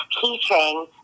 teaching